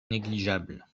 négligeable